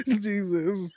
jesus